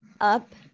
up